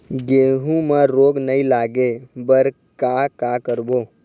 गेहूं म रोग नई लागे बर का का करबो?